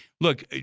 look